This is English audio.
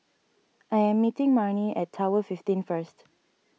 I am meeting Marnie at Tower fifteen first